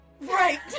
Right